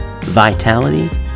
vitality